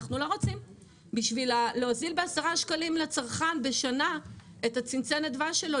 אנחנו לא רוצים בשביל להוזיל ב-10 שקלים לצרכן בשנה את צנצנת הדבש שלו,